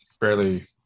barely